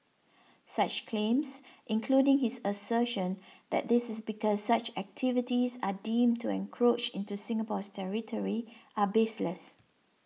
such claims including his assertion that this is because such activities are deemed to encroach into Singapore's territory are baseless